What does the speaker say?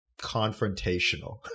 confrontational